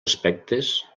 aspectes